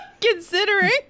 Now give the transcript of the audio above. Considering